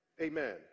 Amen